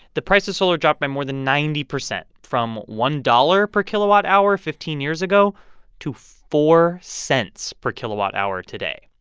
the price of solar dropped by more than ninety percent, from one dollars per kilowatt hour fifteen years ago to four cents per kilowatt hour today.